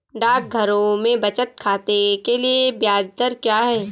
डाकघरों में बचत खाते के लिए ब्याज दर क्या है?